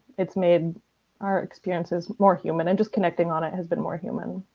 it's made our experiences more human and just connecting on it has been more human.